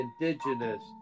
indigenous